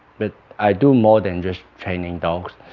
but i do more than just training dogs